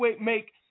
make